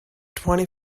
twenty